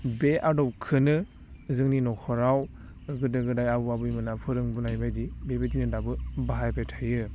बे आदबखोनो जोनि नखराव गोदो गोदाय आबौ आबैमोना फोरोंबोनायबायदि बेबायदिनो दाबो बाहायबाय थायो